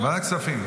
ועדת כספים.